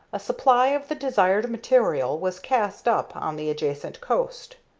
a supply of the desired material was cast up on the adjacent coast.